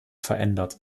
verändert